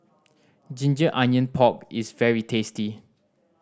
ginger onion pork is very tasty